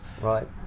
Right